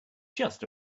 just